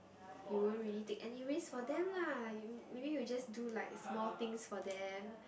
you won't really take any risk for them lah maybe you just do like small things for them